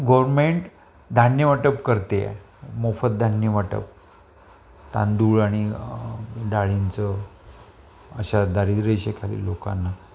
government धान्य वाटप करते मोफत धान्य वाटप तांदूळ आणि डाळींचं अशा दारिद्र्य रेषेखालील लोकांना